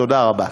תודה רבה.